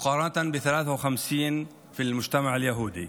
לעומת 53 בחברה היהודית.